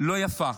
לא יפה.